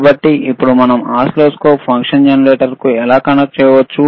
కాబట్టి ఇప్పుడు మనం ఓసిల్లోస్కోప్ ను ఫంక్షన్ జెనరేటర్కు కనెక్ట్ చేయవచ్చు